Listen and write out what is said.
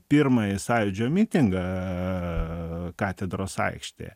pirmąjį sąjūdžio mitingą katedros aikštėje